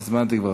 אני פה.